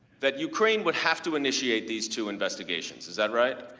that ukraine would have to initiate these two investigations, is that right?